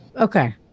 Okay